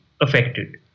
affected